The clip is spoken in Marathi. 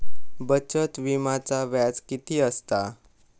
बचत विम्याचा व्याज किती असता?